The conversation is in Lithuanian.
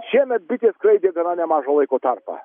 šiemet bitės skraidė gana nemažą laiko tarpą